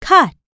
Cut